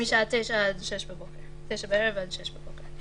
משעה 21:00 עד 6:00 בבוקר.